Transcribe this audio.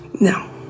No